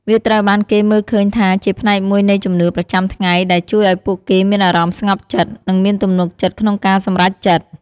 វាត្រូវបានគេមើលឃើញថាជាផ្នែកមួយនៃជំនឿប្រចាំថ្ងៃ ដែលជួយឱ្យពួកគេមានអារម្មណ៍ស្ងប់ចិត្ត និងមានទំនុកចិត្តក្នុងការសម្រេចចិត្ត។